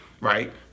right